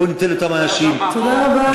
בואו ניתן לאותם אנשים, תודה רבה.